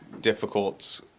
difficult